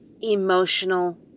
emotional